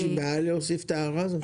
יש בעיה להוסיף את ההערה הזאת?